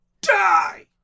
die